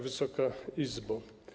Wysoka Izbo!